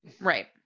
right